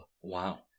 Wow